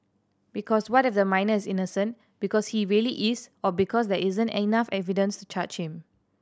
because what if the minor is innocent because he really is or because there isn't enough evidence to charge him